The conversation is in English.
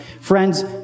Friends